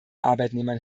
arbeitnehmern